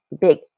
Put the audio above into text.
big